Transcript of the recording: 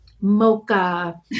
mocha